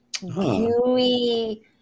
gooey